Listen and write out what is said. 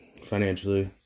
financially